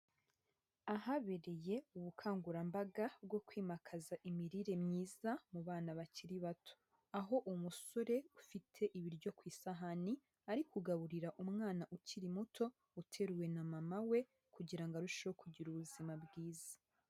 Ahabereye ubukangurambaga bwo kwimakaza imirire myiza mu bana bakiri bato, aho umusore ufite ibiryo ku isahani ari kugaburira umwana ukiri muto uteruwe na mama we, kugira ngo arusheho kugira ubuzima bwiza.